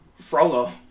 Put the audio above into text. Frollo